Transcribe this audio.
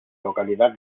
localidad